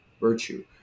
virtue